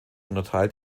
unterteilt